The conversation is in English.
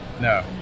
No